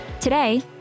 Today